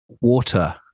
water